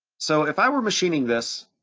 so if i were machining this,